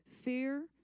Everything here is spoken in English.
fear